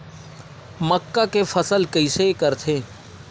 मक्का के फसल कइसे करथे?